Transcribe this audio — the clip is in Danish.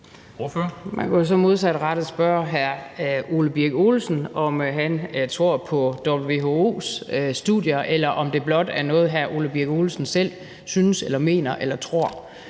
så modsat spørge hr. Ole Birk Olesen, om han tror på WHO's studier, eller om det blot er noget, hr. Ole Birk Olesen selv synes eller mener eller tror.